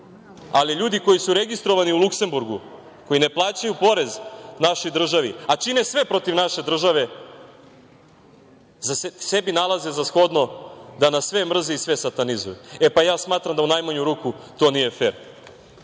pokrajinu. Ljudi koji su registrovani u Luksemburgu, koji ne plaćaju porez našoj državi, a čine sve protiv naše države, sebi nalaze za shodno da nas sve mrze i sve satanizuju. Smatram da u najmanju ruku to nije